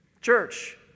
Church